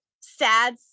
sad